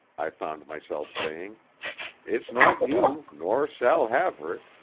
i found myself saying it's not you, nor saul haverick,